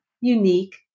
unique